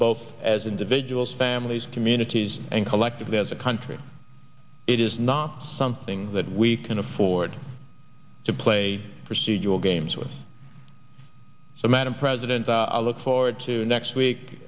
both as individuals families i mean it is and collectively as a country it is not something that we can afford to play procedural games with a madam president i look forward to next week